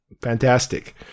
fantastic